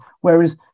Whereas